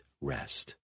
rest